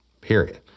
period